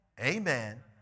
Amen